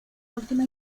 última